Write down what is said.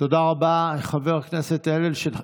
תודה רבה, חבר הכנסת אדלשטיין.